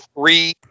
three